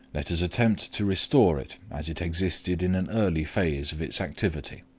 let us attempt to restore it as it existed in an early phase of its activity.